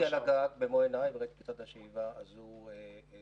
--- לראות במו עיניי וראיתי כיצד השאיבה הזו מתרחשת,